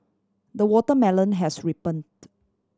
the watermelon has ripened